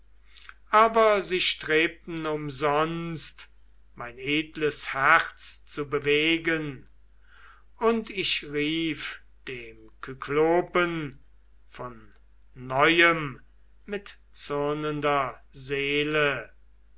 aber sie strebten umsonst mein edles herz zu bewegen und ich rief dem kyklopen von neuem mit zürnender seele